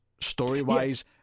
story-wise